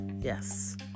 yes